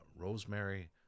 Rosemary